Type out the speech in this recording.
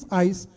eyes